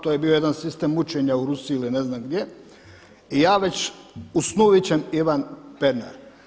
To je bio jedan sistem mučenja u Rusiji ili ne znam gdje i ja već u snu vičem Ivan Pernar.